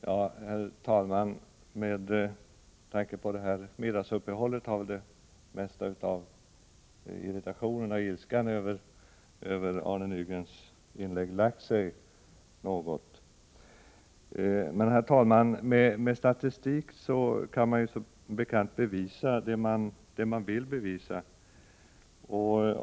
Herr talman! Till följd av middagsuppehållet har väl det mesta av irritationen och ilskan över Arne Nygrens inlägg lagt sig. Med statistik kan man som bekant bevisa det man vill bevisa.